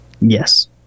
yes